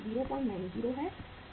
WAR 1 है